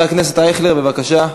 בבקשה.